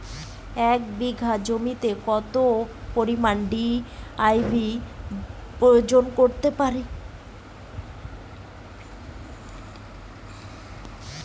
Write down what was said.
এক বিঘা জমিতে কত পরিমান ডি.এ.পি প্রয়োগ করতে পারি?